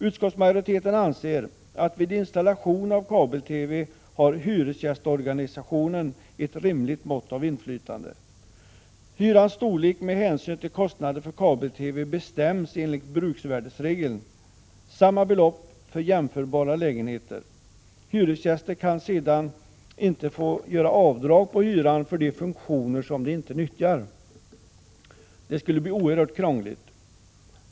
Utskottsmajoriteten anser att hyresgästorganisationen vid installation av kabel-TV har ett rimligt mått av inflytande. Hyrans storlek med hänsyn till kostnader för kabel-TV bestäms enligt bruksvärdesregeln och sätts till samma belopp för jämförbara lägenheter. Hyresgäster kan sedan inte få göra avdrag på hyran för de funktioner som de inte nyttjar. Det skulle bli oerhört krångligt.